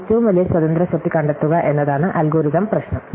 ഏറ്റവും വലിയ സ്വാതന്ത്ര്യ സെറ്റ് കണ്ടെത്തുക എന്നതാണ് അൽഗോരിതം പ്രശ്നം